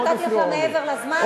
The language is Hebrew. נתתי לך מעבר לזמן.